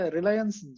Reliance